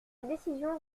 décision